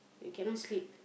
you cannot sleep